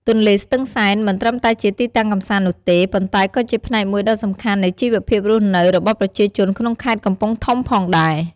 ទន្លេស្ទឹងសែនមិនត្រឹមតែជាទីតាំងកម្សាន្តនោះទេ ប៉ុន្តែក៏ជាផ្នែកមួយដ៏សំខាន់នៃជីវភាពរស់នៅរបស់ប្រជាជនក្នុងខេត្តកំពង់ធំផងដែរ។